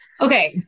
Okay